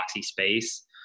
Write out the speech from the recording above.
space